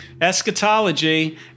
Eschatology